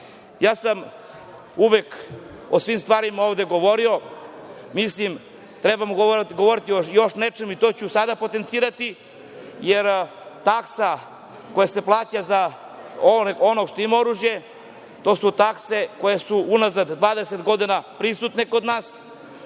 sam uvek o svim stvarima ovde govorio, mislim, trebamo da govorimo o još nečemu i to ću sada potencirati, jer taksa koja se plaća za onog što ima oružje, to su su takse koje su unazad 20 godina prisutne kod nas,